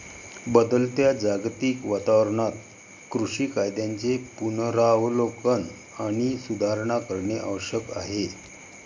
बदलत्या जागतिक वातावरणात कृषी कायद्यांचे पुनरावलोकन आणि सुधारणा करणे आवश्यक आहे